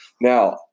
Now